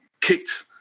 kicked